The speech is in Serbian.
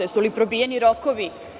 Jesu li probijeni rokovi?